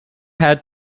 had